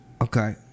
Okay